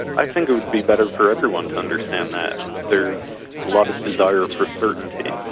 i think it would be better for everyone to understand that. there's a lot of desire for certainty,